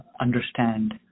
understand